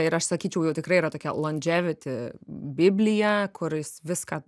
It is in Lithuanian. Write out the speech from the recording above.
ir aš sakyčiau jau tikrai yra tokia londževiti biblija kur jis viską